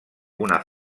una